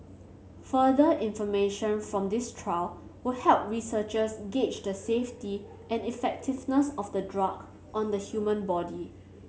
further information from this trial will help researchers gauge the safety and effectiveness of the drug on the human body